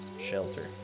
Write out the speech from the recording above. shelter